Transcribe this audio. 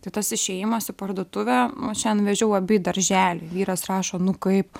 tai tas išėjimas į parduotuvę šian vežiau abi į darželį vyras rašo nu kaip